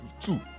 two